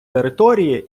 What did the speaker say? території